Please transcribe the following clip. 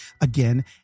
again